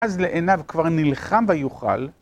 אז לעיניו כבר נלחם ויוכל.